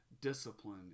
discipline